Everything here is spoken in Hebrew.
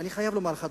ואני חייב לומר לך,